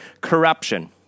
corruption